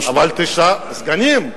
אבל תשעה סגנים.